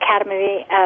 Academy